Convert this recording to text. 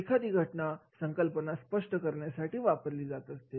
एखादी घटना संकल्पना स्पष्ट करण्यासाठी वापरली जात असते